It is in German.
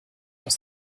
aus